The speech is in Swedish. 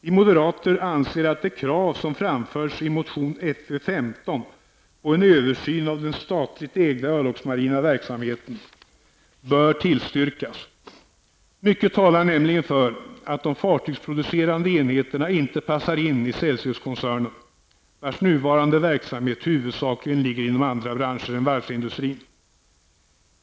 Vi moderater anser att det krav som framförs i motion Fö15 på en översyn av den statligt ägda örlogsmarina verksamheten bör tillstyrkas. Mycket talar nämligen för att de fartygsproducerande enheterna inte passar in i Celsiuskoncernen, vars nuvarande verksamhet huvudsakligen ligger inom andra branscher än varvsindustrin.